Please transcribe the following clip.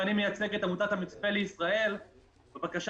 ואני מייצג את עמותת המצפה לישראל בבקשה